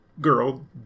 girl